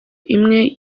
iwe